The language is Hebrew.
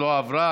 לא עברה.